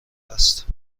است